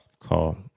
call